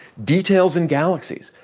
details in galaxies,